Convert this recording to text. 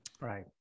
right